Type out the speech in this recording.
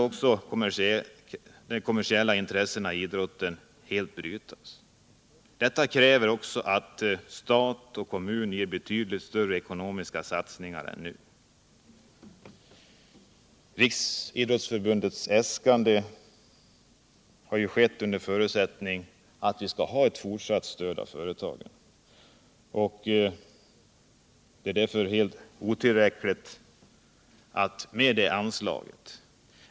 Därför måste de kommersiella intressena inom idrotten helt brytas. Detta kräver att stat och kommuner gör betydligt större ekonomiska satsningar än nu. Riksidrottsförbundets äskande har skett under förutsättningen att det skall vara ett fortsatt stöd från företagen. Äskandet är därför otillräckligt.